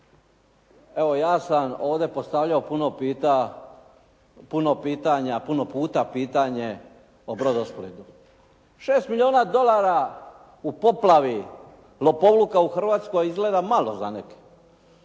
evo ja sam ovdje postavljao pitanja, puno puta pitanje o Brodosplitu. 6 milijuna dolara u poplavi lopovluka u Hrvatskoj je izgleda malo za neke,